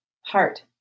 heart